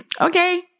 Okay